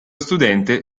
studente